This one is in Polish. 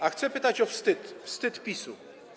A chcę pytać o wstyd, wstyd PiS.